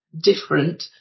different